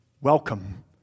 welcome